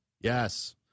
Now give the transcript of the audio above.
Yes